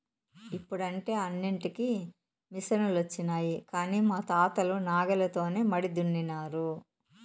ఇప్పుడంటే అన్నింటికీ మిసనులొచ్చినాయి కానీ మా తాతలు నాగలితోనే మడి దున్నినారు